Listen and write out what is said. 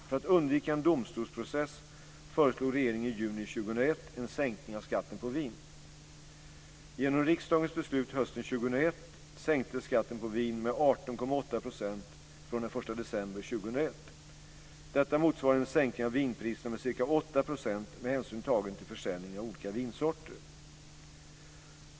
För att undvika en domstolsprocess föreslog regeringen i juni 2001 en sänkning av skatten på vin.